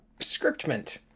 scriptment